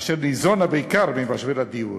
אשר ניזונה בעיקר ממשבר הדיור.